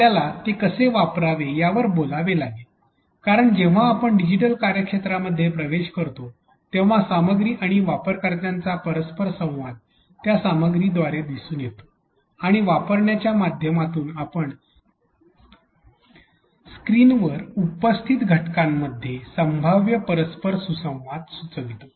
आपल्याला ते कसे वापरावे यावर बोलावे लागेल कारण जेव्हा आपण डिजिटल कार्यक्षेत्रात मध्ये प्रवेश करतो तेव्हा सामग्री आणि वापरकर्त्याचा परस्पर संवाद त्या सामग्रीद्वारे दिसून येतो आणि वापरण्याच्या माध्यमातून आपण स्क्रीनवर उपस्थित घटकांमध्ये संभाव्य परस्पर सुसंवाद सुचवितो